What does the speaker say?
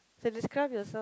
then describe yourself